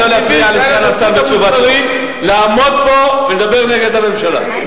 היתה לה הזכות המוסרית לעמוד פה ולדבר נגד הממשלה.